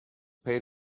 paid